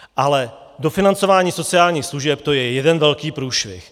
Ale dofinancování sociálních služeb, to je jeden velký průšvih.